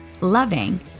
loving